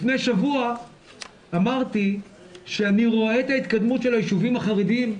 לפני שבוע אמרתי שאני רואה את ההתקדמות של הישובים החרדיים,